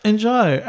Enjoy